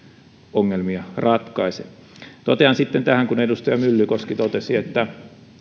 ongelmia ratkaise totean sitten tähän kun edustaja myllykoski totesi että